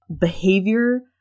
behavior